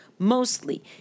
Mostly